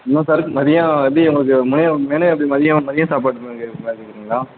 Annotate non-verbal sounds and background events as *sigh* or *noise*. no sir மதியம் எப்படியும் உங்களுக்கு மே மெனு எப்படி மதியம் மதியம் சாப்பாடு *unintelligible* கேட்குறீங்களா